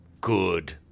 good